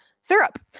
syrup